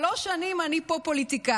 שלוש שנים אני פה פוליטיקאית.